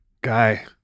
guy